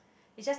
it's just